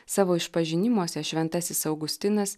savo išpažinimuose šventasis augustinas